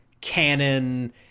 canon